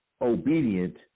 Obedient